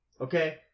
Okay